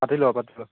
পাতি লোৱা পাতি লোৱা